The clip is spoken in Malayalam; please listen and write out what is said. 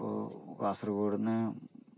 അപ്പോൾ കാസർഗോഡിൽ നിന്ന്